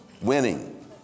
winning